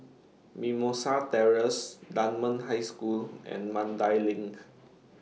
Mimosa Terrace Dunman High School and Mandai LINK